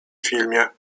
filmie